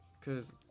Cause